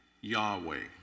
Yahweh